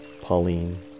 Pauline